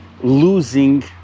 losing